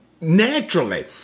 Naturally